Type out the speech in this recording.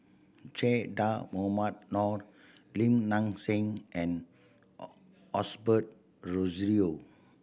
Che Dah Mohamed Noor Lim Nang Seng and Osbert Rozario